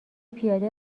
پیاده